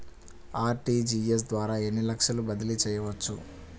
RTGS ద్వారా ఎన్ని లక్షలు బదిలీ చేయవచ్చు?